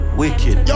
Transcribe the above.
wicked